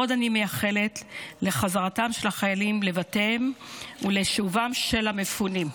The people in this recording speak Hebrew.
עוד אני מייחלת לחזרתם של החיילים לבתיהם ולשובם של המפונים.